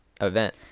event